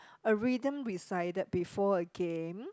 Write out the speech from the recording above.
a rhythm recited before a game